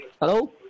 Hello